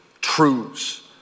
truths